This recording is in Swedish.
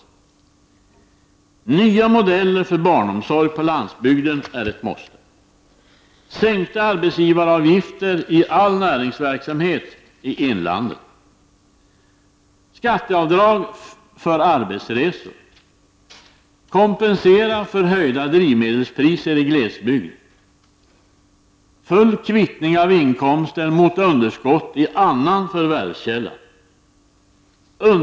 Nya modeller för barnomsorg på landsbygden är ett måste. Herr talman!